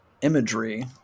imagery